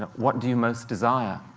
and what do you most desire?